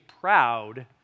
proud